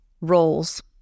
Roles